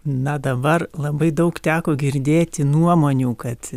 na dabar labai daug teko girdėti nuomonių kad